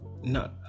No